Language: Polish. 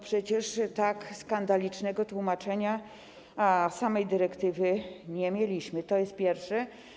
Przecież tak skandalicznego tłumaczenia samej dyrektywy nie mieliśmy - to po pierwsze.